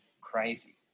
crazy